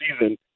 season